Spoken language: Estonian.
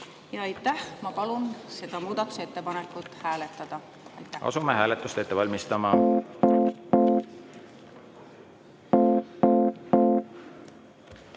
Aitäh! Ma palun seda muudatusettepanekut hääletada. Asume hääletust ette valmistama.